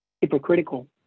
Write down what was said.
hypocritical